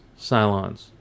Cylons